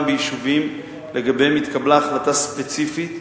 ביישובים שלגביהם התקבלה החלטה ספציפית,